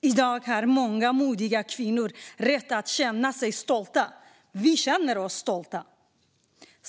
I dag har många modiga kvinnor rätt att känna sig stolta. Vi känner oss stolta.